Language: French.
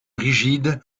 rigide